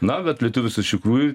na bet lietuvis iš tikrųjų